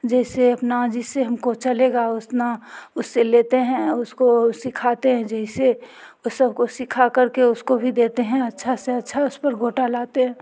जैसे अपना जिससे हम को चलेगा और उतना उससे लेते हैं उसको सीखते हैं जैसे तो सब को सिखा कर के उसको भी देते हैं अच्छा से अच्छा उस पर गोटा लाते हैं